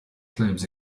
claims